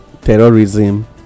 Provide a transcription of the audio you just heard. terrorism